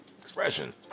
expression